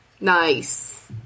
Nice